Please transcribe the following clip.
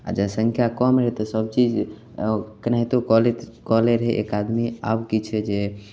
आ जनसंख्या कम रहए तऽ सब चीज केनाहितो कऽ लै केनाहितो कऽ लै रहए एक आदमी आब की छै जे